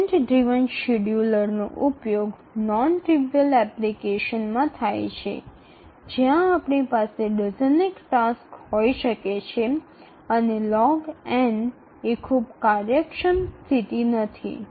event চালিত শিডিয়ুলারগুলি non trivial অ্যাপ্লিকেশনগুলিতে ব্যবহৃত হয় যেখানে আমাদের কয়েক ডজন কাজ থাকতে পারে এবং log খুব কার্যকর পরিস্থিতি নয়